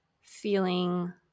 feeling